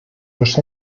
los